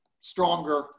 stronger